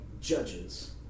judges